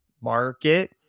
Market